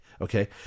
Okay